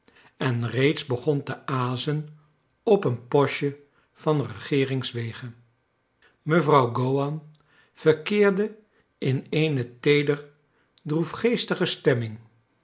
en reeds begon te azen op een postje van regeeringswege mevrouw gowan verkeerde in eene teeder droefgeestige stemming